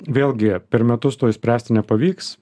vėlgi per metus to išspręsti nepavyks